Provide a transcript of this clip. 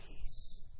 peace